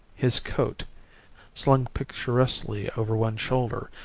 his coat slung picturesquely over one shoulder,